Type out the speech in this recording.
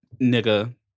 Nigga